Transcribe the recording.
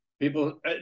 people